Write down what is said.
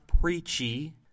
preachy